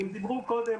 ואם דיברו קודם,